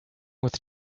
with